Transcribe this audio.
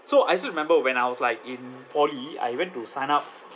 so I still remember when I was like in poly I went to sign up